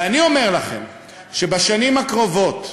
ואני אומר לכם שבשנים הקרובות,